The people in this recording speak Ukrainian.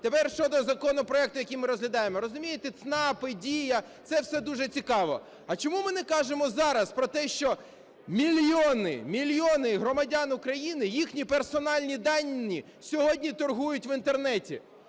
Тепер щодо законопроекту, який ми розглядаємо. Розумієте, ЦНАПи, "Дія" – це все дуже цікаво. А чому ми не кажемо зараз про те, що мільйони громадян України, їхні персональні дані сьогодні торгують в Інтернеті?